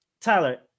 tyler